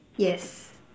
yes